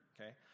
okay